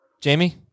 Jamie